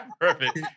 Perfect